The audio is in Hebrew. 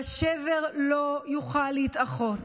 והשבר לא יוכל להתאחות.